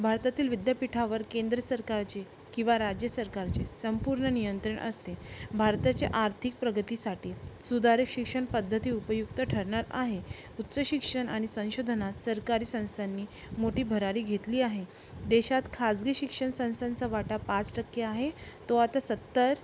भारतातील विद्यापीठावर केंद्र सरकारचे किंवा राज्य सरकारचे संपूर्ण नियंत्रण असते भारताचे आर्थिक प्रगतीसाठी सुधारित शिक्षण पद्धती उपयुक्त ठरणार आहे उच्च शिक्षण आणि संशोधनात सरकारी संस्थांनी मोठी भरारी घेतली आहे देशात खाजगी शिक्षण संस्थांचा वाटा पाच टक्के आहे तो आता सत्तर